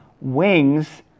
wings